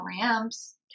ramps